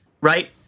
right